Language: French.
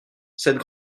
cette